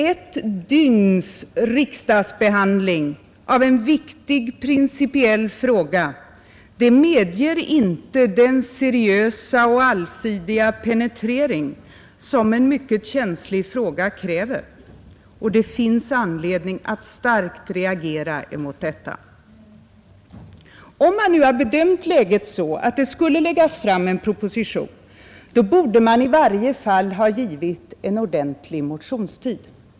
Ett dygns riksdagsbehandling av en viktig principiell fråga medger inte den seriösa och allsidiga penetrering som en mycket känslig fråga kräver, och det finns anledning att starkt reagera mot detta. Om man nu bedömt läget så att det skulle läggas fram en proposition borde man i varje fall ha gett en ordentlig motionstid.